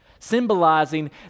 symbolizing